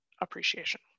appreciation